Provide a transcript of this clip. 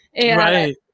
Right